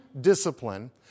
discipline